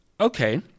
okay